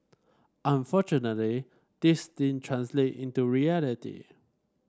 unfortunately this didn't translate into reality